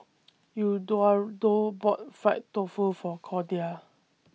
Eduardo bought Fried Tofu For Cordia